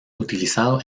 utilizado